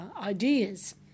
ideas